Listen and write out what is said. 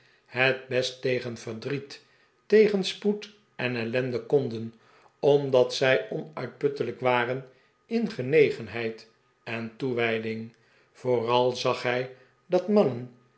het best tegen verdriet tegenspoed en ellende konden omdat zij onuitputtelijk waren in genegenheid en toewijding vooral zag hij dat mannen